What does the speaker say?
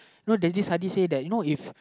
you know they just suddenly say that you know if